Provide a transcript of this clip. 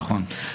נכון.